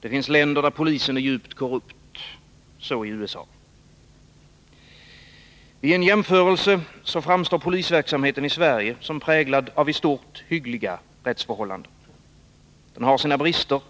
Det finns länder där polisen är djupt korrupt — så i USA. Vid en jämförelse framstår polisverksamheten i Sverige som präglad av i stort hyggliga rättsförhållanden. Den har sina brister.